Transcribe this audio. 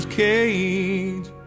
cage